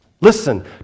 listen